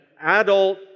adult